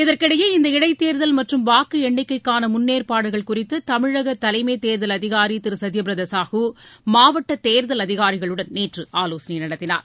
இதற்கிடையே இந்த இடைத்தேர்தல் மற்றும் வாக்கு எண்ணிக்கைக்கான முன்னேற்பாடுகள் குறித்து தமிழக தலைமைத் தேர்தல் அதிகாரி திரு சத்தியபிரதா சாஹூ மாவட்ட தேர்தல் அதிகாரிகளுடன் நேற்று ஆலோசனை நடத்தினார்